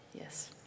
Yes